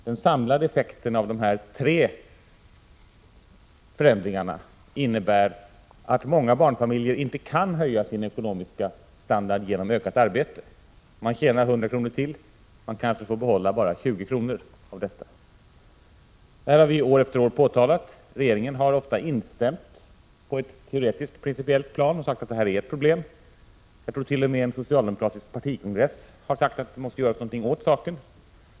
Den samlade effekten av dessa tre förändringar innebär att många barnfamiljer inte kan höja sin ekonomiska standard genom ökat arbete. Om man tjänar 100 kr. till kanske man får behålla bara 20 kr. Det har vi år efter år påtalat, och regeringen har ofta instämt på ett teoretiskt principiellt plan och sagt att detta är ett problem. Jag trort.o.m. att man på en socialdemokratisk partikongress har sagt att något måste göras åt saken.